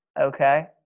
Okay